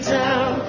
down